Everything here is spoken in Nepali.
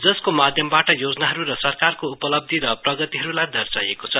जसको माध्यमबाट योजनाहरु र सरकारको उपलब्धि र प्रगतिहरुलाई दशाईएको छ